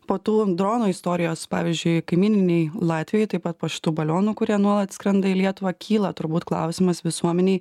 po tų dronų istorijos pavyzdžiui kaimyninėj latvijoj taip pat po šitų balionų kurie nuolat skrenda į lietuvą kyla turbūt klausimas visuomenei